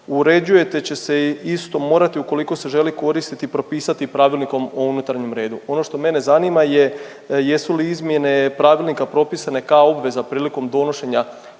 uređuje, te će se isto morati ukoliko se želi koristiti, propisati Pravilnikom o unutarnjem redu. Ono što mene zanima je, jesu li izmjene Pravilnika propisane kao obveza prilikom donošenja